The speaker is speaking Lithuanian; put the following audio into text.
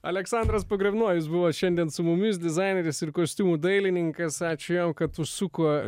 aleksandras pagravnojus buvo šiandien su mumis dizaineris ir kostiumų dailininkas ačiū jam kad užsuko